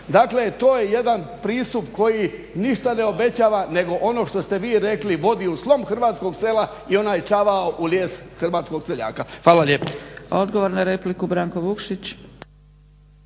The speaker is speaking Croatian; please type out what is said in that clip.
Dakle, to je jedan pristup koji ništa ne obećava nego ono što ste vi rekli vodi u slom hrvatskog sela i onaj čavao u lijes hrvatskog seljaka. Hvala lijepo.